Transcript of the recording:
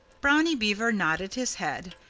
brownie beaver nodded his head.